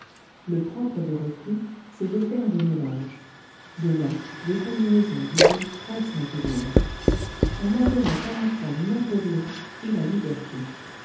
le propre des reflux c'est de faire des mélanges de là des combinaisons d'idées très singulières on adorait à la fois napoléon et la liberté